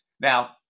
Now